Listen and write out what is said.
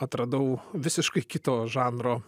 atradau visiškai kito žanro